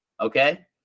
okay